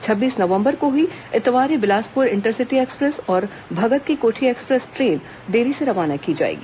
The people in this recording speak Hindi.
छब्बीस नवंबर को ही इतवारी बिलासपुर इंटरसिटी एक्सप्रेस और भगत की कोठी एक्सप्रेस ट्रेन देरी से रवाना की जाएगी